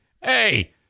Hey